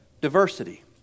diversity